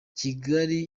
kigali